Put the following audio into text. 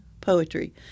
poetry